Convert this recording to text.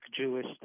Jewish